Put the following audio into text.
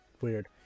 weird